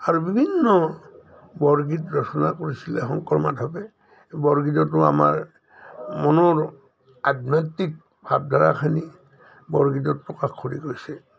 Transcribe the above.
আৰু বিভিন্ন বৰগীত ৰচনা কৰিছিলে শংকৰ মাধৱে বৰগীততো আমাৰ মনৰ আধ্যাত্মিক ভাৱধাৰাখিনি বৰগীতত প্ৰকাশ কৰি গৈছে